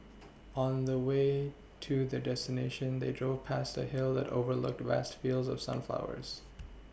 on the way to their destination they drove past a hill that overlooked vast fields of sunflowers